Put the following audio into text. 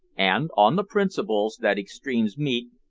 and, on the principle that extremes meet,